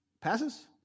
passes